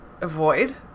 avoid